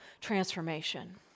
transformation